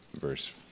verse